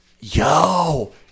Yo